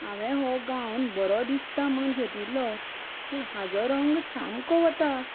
हांवें हो गावन बरो दिसता म्हूण घेतिल्लो पूण हाचो रंग सामको वता